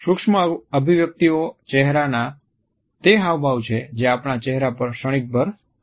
સૂક્ષ્મ અભિવ્યક્તિઓ ચહેરાના તે હાવભાવ છે જે આપણા ચહેરા પર ક્ષણિક ભાર આવે છે